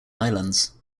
islands